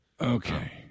Okay